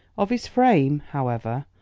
of his frame, however,